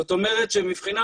זאת אומרת שמבחינה